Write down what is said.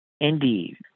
Indeed